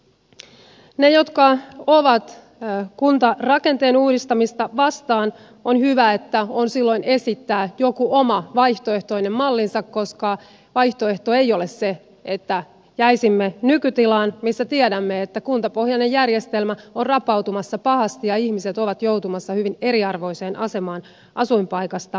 on hyvä että niillä jotka ovat kuntarakenteen uudistamista vastaan on silloin esittää joku oma vaihtoehtoinen mallinsa koska vaihtoehto ei ole se että jäisimme nykytilaan missä tiedämme että kuntapohjainen järjestelmä on rapautumassa pahasti ja ihmiset ovat joutumassa hyvin eriarvoiseen asemaan asuinpaikasta riippuen